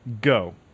go